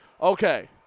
Okay